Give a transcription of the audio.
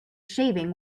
shaving